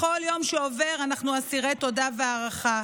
בכל יום שעובר אנחנו אסירי תודה והערכה.